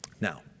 now